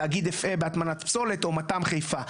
תאגיד אפעה בהטמנת פסולת או מת"ם חיפה.